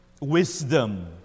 wisdom